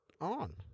on